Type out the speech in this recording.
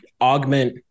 augment